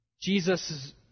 Jesus